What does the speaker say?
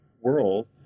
world